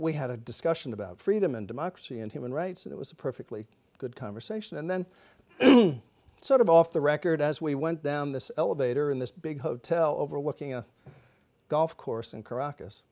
we had a discussion about freedom and democracy and human rights and it was a perfectly good conversation and then sort of off the record as we went down the elevator in this big hotel overlooking a golf course in carac